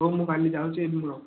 ହେଉ ମୁଁ କାଲି ଯାଉଛି ଏବେ ମୁଁ ରହୁଛି